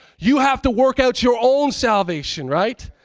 you have to workout your own salvation, right?